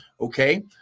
Okay